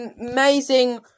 amazing